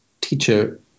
teacher